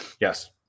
Yes